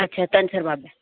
अच्छा धनसर बाबै